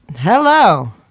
Hello